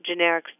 Generics